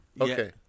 Okay